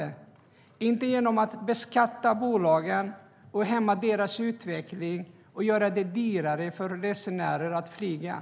Det gör man inte genom att beskatta bolagen, hämma deras utveckling och göra det dyrare för resenärer att flyga.